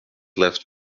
left